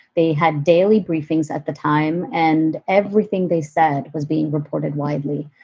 they had daily briefings at the time and everything they said was being reported widely.